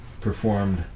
performed